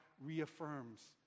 reaffirms